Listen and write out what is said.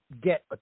get